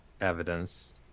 evidence